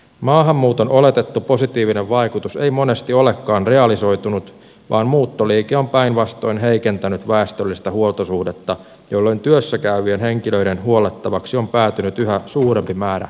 maahanmuuton oletettu positiivinen vaikutus ei monesti olekaan realisoitunut vaan muuttoliike on päinvastoin heikentänyt väestöllistä huoltosuhdetta jolloin työssä käyvien henkilöiden huollettavaksi on päätynyt yhä suurempi määrä ihmisiä